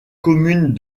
commune